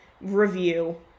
review